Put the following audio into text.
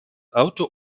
auto